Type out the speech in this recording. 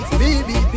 baby